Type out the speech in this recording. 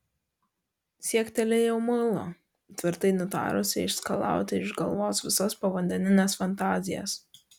siektelėjau muilo tvirtai nutarusi išskalauti iš galvos visas povandenines fantazijas